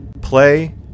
play